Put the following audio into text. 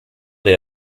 der